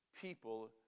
people